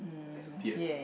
has a beard